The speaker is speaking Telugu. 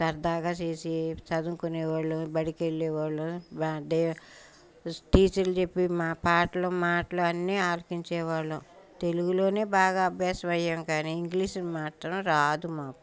సరదాగా చేసీ చదువుకునేవాళ్ళు బడికి వెళ్ళే వాళ్ళు ఆ డే టీచర్లు చెప్పే మా పాటలు మాటలు అన్ని ఆలకించేవాళ్ళు తెలుగులోనే బాగా అభ్యాసం అయ్యాము కానీ ఇంగ్లీష్ మాత్రం రాదు మాకు